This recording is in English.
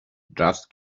just